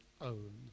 own